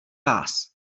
vás